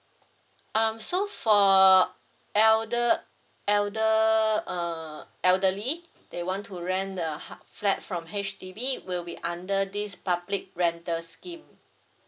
um so for elder elder err elderly they want to rent the hou~ flat from H_D_B will be under this public rental scheme